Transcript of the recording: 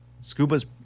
Scuba's